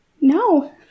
no